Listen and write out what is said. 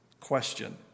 question